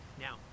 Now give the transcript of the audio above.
Now